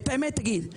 את האמת תגיד,